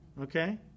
Okay